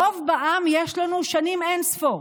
רוב בעם יש לנו שנים אין-ספור.